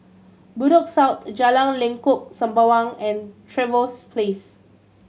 Bedok South Jalan Lengkok Sembawang and Trevose Place